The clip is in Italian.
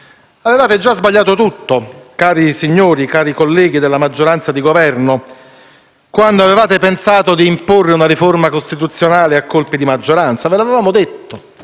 Avevate già sbagliato tutto, colleghi della maggioranza di Governo, quando avevate pensato di imporre la riforma costituzionale a colpi di maggioranza: ve l'avevamo detto.